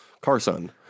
Carson